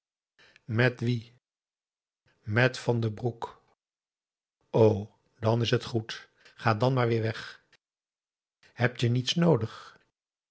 met wie met van den broek o dan is het goed ga dan maar weêr weg hebt je iets noodig